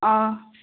ꯑꯥ